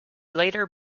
later